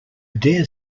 dare